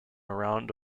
around